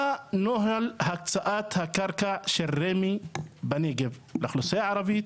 מה נוהל הקצאת הקרקע של רמ"י בנגב לאוכלוסייה הערבית